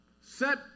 set